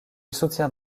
soutient